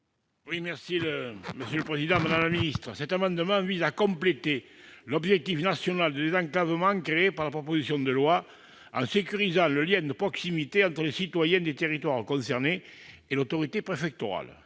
: La parole est à M. Jean-Claude Requier. Cet amendement vise à compléter l'objectif national de désenclavement créé par la proposition de loi, en sécurisant le lien de proximité entre les citoyens des territoires concernés et l'autorité préfectorale.